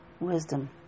wisdom